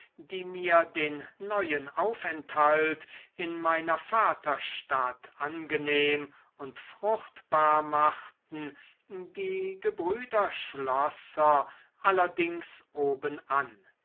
die mir den neuen aufenthalt in meiner vaterstadt angenehm und fruchtbar machten die gebrüder schlosser allerdings obenan